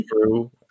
true